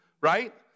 Right